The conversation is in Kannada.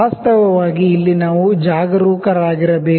ವಾಸ್ತವವಾಗಿ ಇಲ್ಲಿ ನಾವು ಜಾಗರೂಕರಾಗಿರಬೇಕು